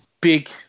big